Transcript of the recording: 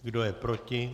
Kdo je proti?